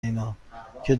اینا، که